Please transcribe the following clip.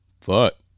Fuck